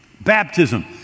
Baptism